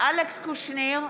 אלכס קושניר,